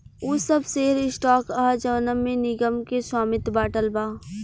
उ सब share stock ह जवना में निगम के स्वामित्व बाटल बा